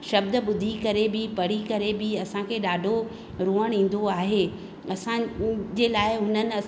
शब्द ॿुधी करे बि पढ़ी करे बि असांखे ॾाढो रोअन ईंदो आहे असांजे लाइ उन्हनि